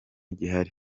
gihari